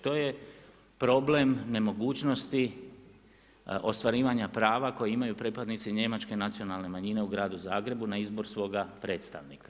To je problem nemogućnosti ostvarivanja prava koja imaju pripadnici njemačke nacionalne manjine u gradu Zagrebu na izbor svoga predstavnika.